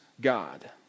God